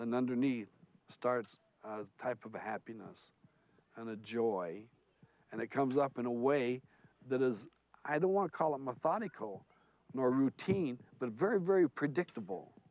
and underneath starts type of happiness and the joy and it comes up in a way that is i don't want to call it methodical nor routine but a very very predictable